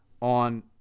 on